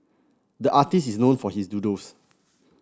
the artist is known for his doodles